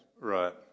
Right